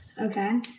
Okay